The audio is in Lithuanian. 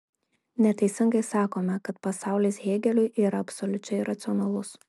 neteisingai sakome kad pasaulis hėgeliui yra absoliučiai racionalus